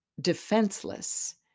defenseless